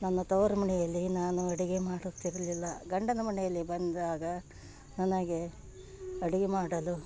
ನನ್ನ ತವರು ಮನೆಯಲ್ಲಿ ನಾನು ಅಡುಗೆ ಮಾಡುತ್ತಿರಲಿಲ್ಲ ಗಂಡನ ಮನೆಯಲ್ಲಿ ಬಂದಾಗ ನನಗೆ ಅಡುಗೆ ಮಾಡಲು